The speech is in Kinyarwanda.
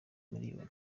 miliyoni